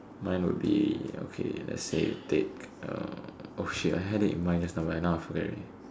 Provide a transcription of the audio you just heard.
mine would be okay let say we take uh oh shit I had in mind just but now I forget already